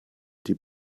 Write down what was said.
die